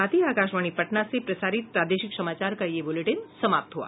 इसके साथ ही आकाशवाणी पटना से प्रसारित प्रादेशिक समाचार का ये अंक समाप्त हुआ